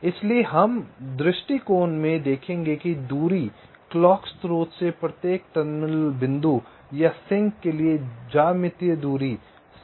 इसलिए इस दृष्टिकोण में हम देखेंगे कि दूरी क्लॉक स्रोत से प्रत्येक टर्मिनल बिंदु या सिंक के लिए ज्यामितीय दूरी समान होने की गारंटी है